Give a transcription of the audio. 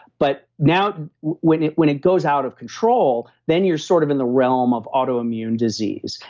but now when it when it goes out of control, then you're sort of in the realm of autoimmune disease.